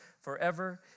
forever